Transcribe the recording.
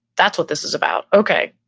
that's what this is about. okay,